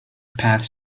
path